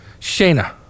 Shayna